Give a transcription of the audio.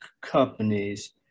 companies